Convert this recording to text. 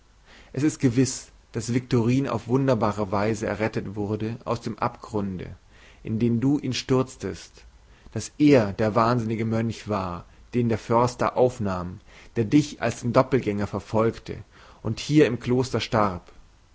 es ist gewiß daß viktorin auf wunderbare weise errettet wurde aus dem abgrunde in den du ihn stürztest daß er der wahnsinnige mönch war den der förster aufnahm der dich als dein doppeltgänger verfolgte und hier im kloster starb